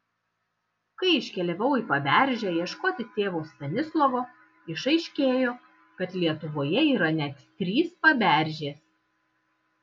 kai iškeliavau į paberžę ieškoti tėvo stanislovo išaiškėjo kad lietuvoje yra net trys paberžės